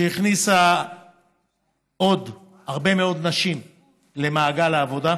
שהכניסה עוד הרבה מאוד נשים למעגל העבודה.